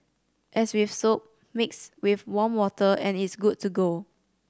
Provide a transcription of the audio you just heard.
as with soap mix with warm water and it's good to go